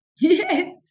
Yes